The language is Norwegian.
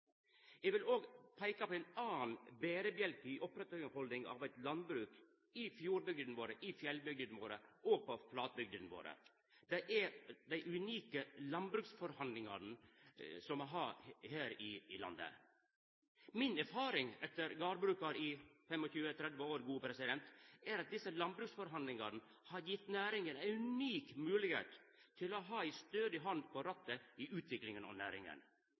Eg vil også peika på ein annan berebjelke som held oppe landbruket i fjordbygdene, i fjellbygdene og på flatbygdene våre. Det er dei unike landbruksforhandlingane me har her i landet. Mi erfaring, etter å ha vore gardbrukar i 25–30 år, er at desse landbruksforhandlingane har gjeve næringa ei unik moglegheit til å ha ei stødig hand på rattet i utviklinga av næringa.